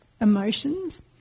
emotions